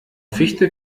fichte